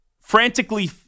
frantically